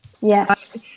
Yes